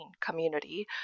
community